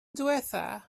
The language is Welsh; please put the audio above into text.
ddiwethaf